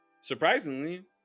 Surprisingly